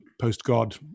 post-God